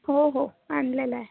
हो हो आणलेलं आहे